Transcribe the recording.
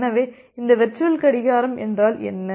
எனவே இந்த வெர்ச்சுவல் கடிகாரம் என்றால் என்ன